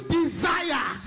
desire